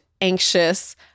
anxious